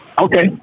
Okay